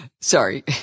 Sorry